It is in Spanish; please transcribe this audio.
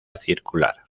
circular